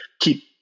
keep